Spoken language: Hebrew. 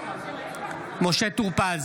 אינו נוכח